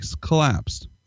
collapsed